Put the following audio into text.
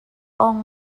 ong